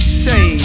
say